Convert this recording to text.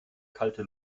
kalte